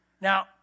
Now